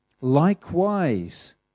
Likewise